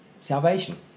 Salvation